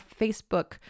Facebook